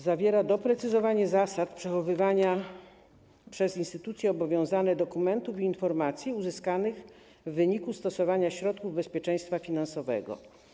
Zawiera doprecyzowanie zasad przechowywania przez instytucje obowiązane dokumentów i informacji uzyskanych w wyniku stosowania środków bezpieczeństwa finansowego.